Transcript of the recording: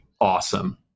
awesome